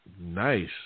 Nice